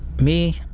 me,